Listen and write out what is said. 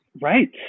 Right